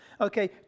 okay